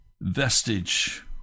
Vestige